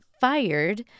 fired